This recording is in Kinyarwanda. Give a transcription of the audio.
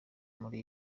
muri